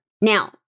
Now